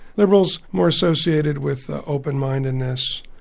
liberals more associated with open mindedness,